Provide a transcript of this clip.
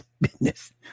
business